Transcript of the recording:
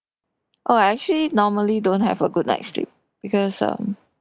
oh I actually normally don't have a good night's sleep because um